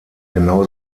genau